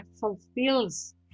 fulfills